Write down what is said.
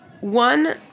One